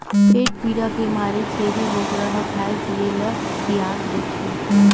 पेट पीरा के मारे छेरी बोकरा ह खाए पिए ल तियाग देथे